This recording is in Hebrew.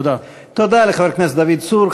תודה לחבר הכנסת דוד צור.